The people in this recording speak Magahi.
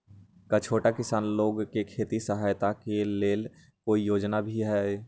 का छोटा किसान लोग के खेती सहायता के लेंल कोई योजना भी हई?